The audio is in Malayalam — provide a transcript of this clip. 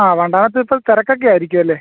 ആ വണ്ടാനത്തിപ്പോൾ തിരക്കൊക്കെ ആയിരിക്കുമല്ലേ